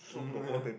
um yeah